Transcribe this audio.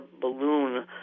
balloon